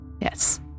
Yes